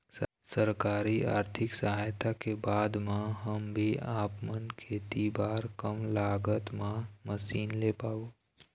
सरकारी आरथिक सहायता के बाद मा हम भी आपमन खेती बार कम लागत मा मशीन ले पाबो?